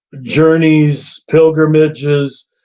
journeys, pilgrimages,